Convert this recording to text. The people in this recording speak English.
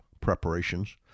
preparations